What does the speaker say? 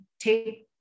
take